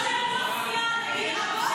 רגע, אז זה בסדר מה שהוא אמר?